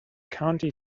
county